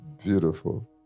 beautiful